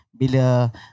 bila